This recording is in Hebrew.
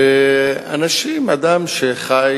ואנשים, אדם שחי